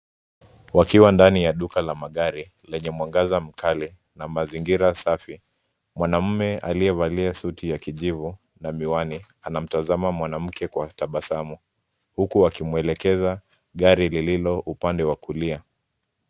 Wakiwa ndani ya duka la magari lenye mwangaza mkali na mazingira safi mwanamume aliyevalia suti ya kijivu na miwani anamtazama mwanamke kwa tabasamu huku akimwelekeza gari lililo upande wa kulia.